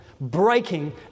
breaking